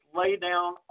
laydown